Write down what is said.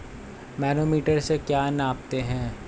Manometer से क्या नापते हैं?